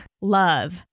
love